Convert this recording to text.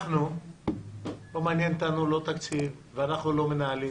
אותנו לא מעניין תקציב ואנחנו לא מנהלים.